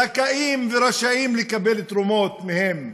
זכאים ורשאים לקבל תרומות מהם,